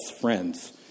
friends